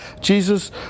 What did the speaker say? Jesus